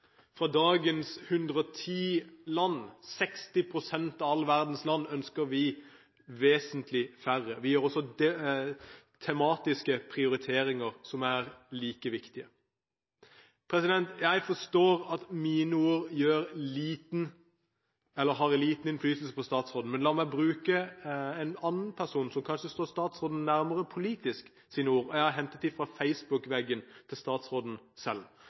Fra dagens 110 land, 60 pst. av verdens land, ønsker vi vesentlig færre. Vi gjør også tematiske prioriteringer, som er like viktige. Jeg forstår at mine ord har liten innflytelse på statsråden. La meg bruke ordene til en person som kanskje står statsråden nærmere politisk. Jeg har hentet dem fra Facebook-veggen til statsråden selv.